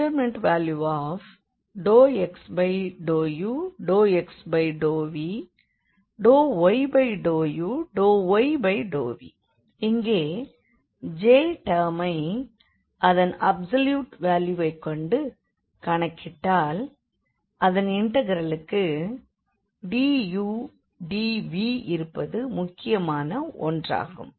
Jxyuv∂x∂u ∂x∂v ∂y∂u ∂y∂v இங்கே J டெர்மை அதன் அப்சல்யூட் வேல்யூவைக் கொண்டு கணக்கிட்டால் அதன் இண்டெக்ரலுக்கு du dvஇருப்பது முக்கியமான ஒன்றாகும்